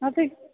അതെ